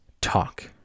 talk